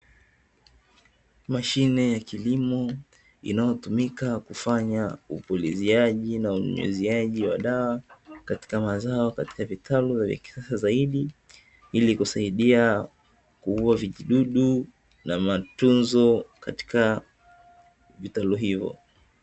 Mashine ya kilimo inayotumika kufanya upuliziaji na unyunyuziaji wa dawa katika mazao ya vitalu vya kisasa zaidi, ili kusaidia kuua vijidudu na matunzo katika vitalu hivyo.